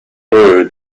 through